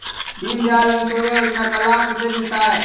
दीनदयाल अंत्योदय योजना का लाभ किसे मिलता है?